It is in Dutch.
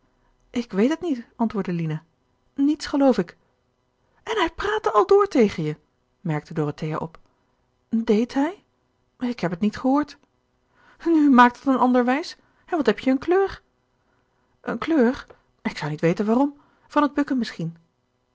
ik weet het niet antwoordde lina niets geloof ik en hij praatte aldoor tegen je merkte dorothea op deed hij ik heb het niet gehoord nu maak dat een ander wijs en wat heb je een kleur een kleur ik zou niet weten waarom van t bukken misschien